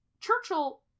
Churchill